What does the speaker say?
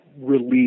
release